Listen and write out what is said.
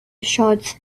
shots